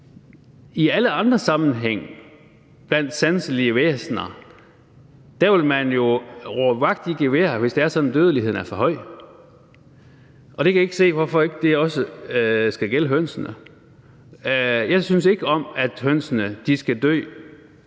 i alle andre sammenhænge vil råbe vagt i gevær, hvis det er sådan, at dødeligheden er for høj, og det kan jeg ikke se hvorfor ikke også skal gælde hønsene. Jeg synes ikke om, at hønsene skal dø